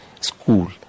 school